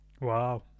Wow